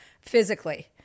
physically